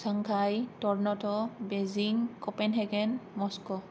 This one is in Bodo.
Shanghai Toronto Beijing Copenhagen Moscow